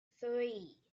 three